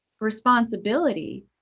responsibility